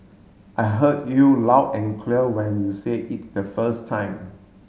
I heard you loud and clear when you said it the first time